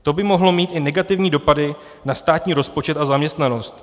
To by mohlo mít i negativní dopady na státní rozpočet a zaměstnanost.